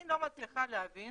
אני לא מצליחה להבין